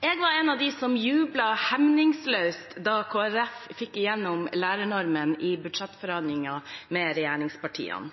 Jeg var en av dem som jublet hemningsløst da Kristelig Folkeparti fikk igjennom lærernormen i budsjettforhandlingene med regjeringspartiene.